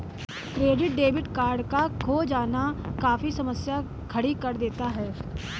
credit debit card का खो जाना काफी समस्या खड़ी कर देता है